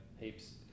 heaps